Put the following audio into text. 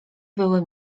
były